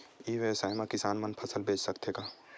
ई व्यवसाय म किसान मन फसल बेच सकथे का?